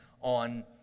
on